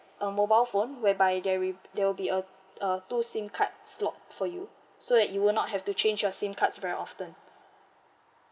a mobile phone whereby there will there will be uh uh two SIM card slot for you so that you will not have to change your SIM cards very often